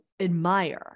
admire